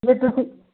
ਫੇਰ ਤੁਸੀਂ